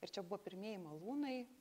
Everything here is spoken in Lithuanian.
ir čia buvo pirmieji malūnai